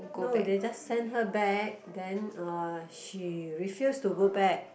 no they just send her back then uh she refuse to go back